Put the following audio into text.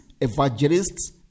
evangelists